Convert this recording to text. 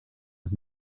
els